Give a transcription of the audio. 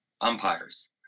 umpires